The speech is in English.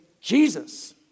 Jesus